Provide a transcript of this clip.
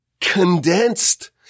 condensed